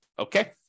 Okay